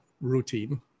routine